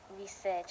research